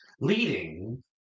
leading